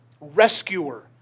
rescuer